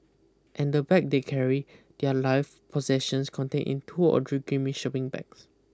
and the bag they carry their life possessions contain in two or three grimy shopping bags